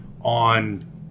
on